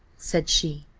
said she,